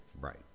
Right